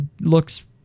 looks